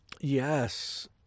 Yes